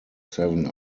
seven